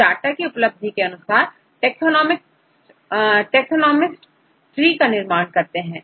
तो डाटा की उपलब्धि के अनुसार टक्सॉनॉमिस्ट ट्री का निर्माण करते हैं